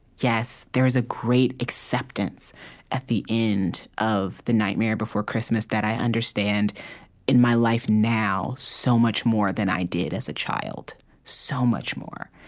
yes. there is a great acceptance at the end of the nightmare before christmas that i understand in my life now so much more than i did as a child so much more.